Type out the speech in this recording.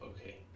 Okay